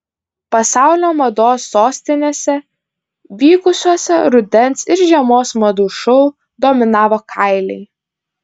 pasaulio mados sostinėse vykusiuose rudens ir žiemos madų šou dominavo kailiai